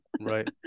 right